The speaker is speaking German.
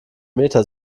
meta